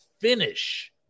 finish